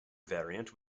variant